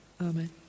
amen